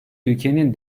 ülkenin